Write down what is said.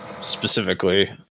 specifically